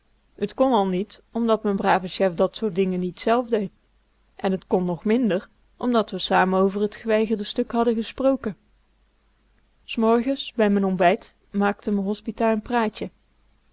t kon al niet omdat m'n brave chef dat soort dingen niet zelf dee en t kon nog minder omdat we samen over t geweigerde stuk hadden gesproken s morgens bij m'n ontbijt maakte m'n hospita n praatje